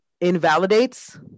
Invalidates